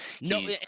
no